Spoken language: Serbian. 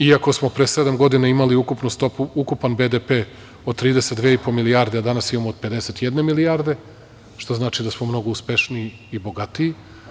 iako smo pre sedam godina imali ukupnu stopu, ukupan BDP od 32 milijarde, a danas imamo 51 milijardu, što znači da smo mnogo uspešniji i bogatiji.